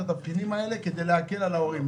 את התבחינים האלה כדי להקל על ההורים.